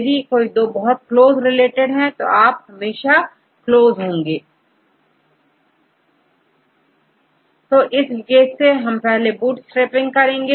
यदि कोई दो बहुत ज्यादा क्लोज रिलेटेड है तो यह हमेशा क्लोज होंगे तो इस केस में पहले हम बूटस्ट्रैपिंग करेंगे